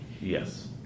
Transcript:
Yes